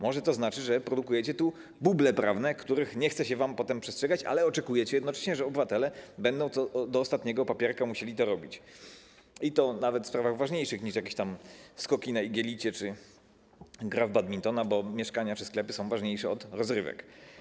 Może to znaczy, że produkujecie tu buble prawne, których nie chce się wam potem przestrzegać, ale oczekujecie jednocześnie, że obywatele będą do ostatniego papierka musieli to robić, i to nawet w sprawach ważniejszych niż jakieś tam skoki na igelicie czy gra w badmintona, bo mieszkania czy sklepy są ważniejsze od rozrywek.